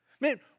man